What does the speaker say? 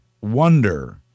wonder